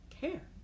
care